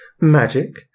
magic